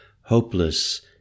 hopeless